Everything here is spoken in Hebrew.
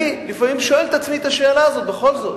אני לפעמים שואל את עצמי את השאלה הזאת בכל זאת.